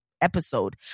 episode